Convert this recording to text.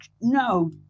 no